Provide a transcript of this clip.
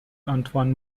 آنتوان